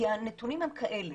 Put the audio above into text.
הנתונים הם כאלה,